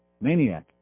maniac